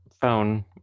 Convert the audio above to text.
phone